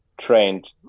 trained